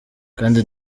kandi